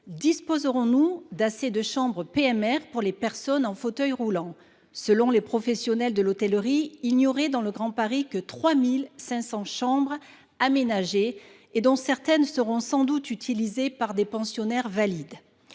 Disposerons nous d’assez de « chambres PMR » pour les personnes en fauteuil roulant ? Selon les professionnels de l’hôtellerie, il n’y aurait que 3 500 chambres aménagées dans le Grand Paris, dont certaines seront sans doute utilisées par des pensionnaires valides…